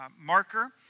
marker